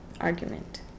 argument